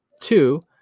Two